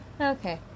Okay